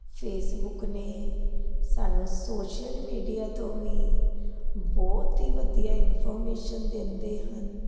Facebook ਨੇ ਸਾਨੂੰ social media ਤੋਂ ਵੀ ਬਹੁਤ ਹੀ ਵਧੀਆ ਇਨਫੋਰਮੇਸ਼ਨ ਦਿੰਦੇ ਹਨ